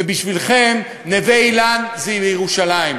ובשבילכם נווה-אילן זה ירושלים.